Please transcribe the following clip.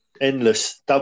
endless